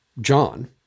John